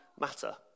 matter